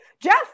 Jeff